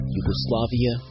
Yugoslavia